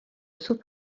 sous